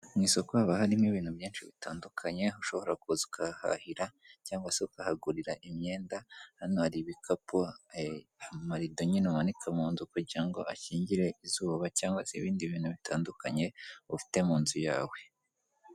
Mu isoko haba harimo ibintu byinshi bitandukanye, ushobora kuzagahahira cyangwa se ukahagurira imyenda, hano hari ibikapu, amarido nyine umanika mu nzu kugira ngo akingire izuba cyangwa se ibindi bintu bitandukanye ufite mu nzu yawe.